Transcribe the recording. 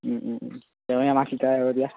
তেওঁৱে আমাক শিকাই আৰু এতিয়া